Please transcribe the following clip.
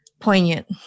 poignant